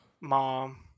Mom